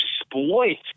exploit